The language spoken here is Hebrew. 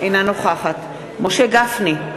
אינה נוכחת משה גפני,